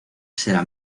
será